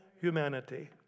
humanity